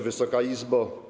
Wysoka Izbo!